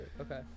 Okay